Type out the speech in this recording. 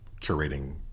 curating